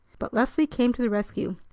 but leslie came to the rescue.